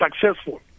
successful